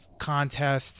contests